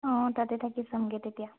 অঁ তাতে থাকি চামগে তেতিয়া